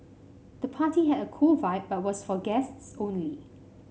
the party had a cool vibe but was for guests only